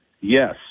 yes